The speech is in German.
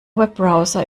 webbrowser